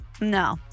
No